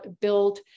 build